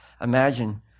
Imagine